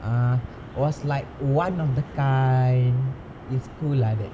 ah was like one of the kind in school like that